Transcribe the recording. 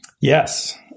Yes